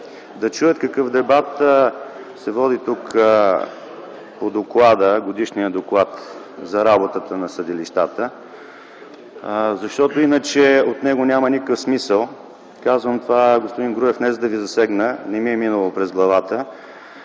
да чуят какъв дебат се води тук по Годишния доклад за работата на съдилищата, (шум и реплики от ГЕРБ), защото иначе от него няма никакъв смисъл. Казвам това, господин Груев, не за да Ви засегна – не ми е минало през главата,